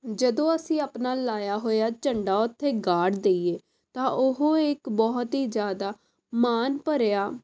ਜਦੋਂ ਅਸੀਂ ਆਪਣਾ ਲਾਇਆ ਹੋਇਆ ਝੰਡਾ ਉੱਥੇ ਗਾਡ ਦੇਈਏ ਤਾਂ ਉਹ ਇੱਕ ਬਹੁਤ ਹੀ ਜ਼ਿਆਦਾ ਮਾਣ ਭਰਿਆ